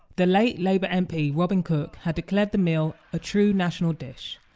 the late labour mp robin cook had declared the meal a true national dish,